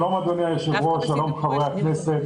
שלום אדוני היושב-ראש, שלום חברי הכנסת.